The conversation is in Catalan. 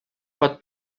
pot